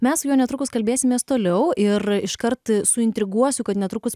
mes su juo netrukus kalbėsimės toliau ir iškart suintriguosiu kad netrukus